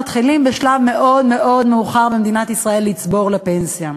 במדינת ישראל מתחילים בשלב מאוד מאוד מאוחר לצבור לפנסיה.